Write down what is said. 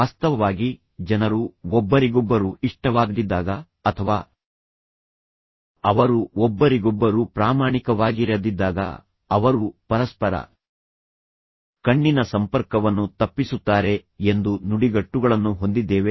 ವಾಸ್ತವವಾಗಿ ಜನರು ಒಬ್ಬರಿಗೊಬ್ಬರು ಇಷ್ಟವಾಗದಿದ್ದಾಗ ಅಥವಾ ಅವರು ಒಬ್ಬರಿಗೊಬ್ಬರು ಪ್ರಾಮಾಣಿಕವಾಗಿರದಿದ್ದಾಗ ಅವರು ಪರಸ್ಪರ ಕಣ್ಣಿನ ಸಂಪರ್ಕವನ್ನು ತಪ್ಪಿಸುತ್ತಾರೆ ಎಂದು ನುಡಿಗಟ್ಟುಗಳನ್ನು ಹೊಂದಿದ್ದೇವೆ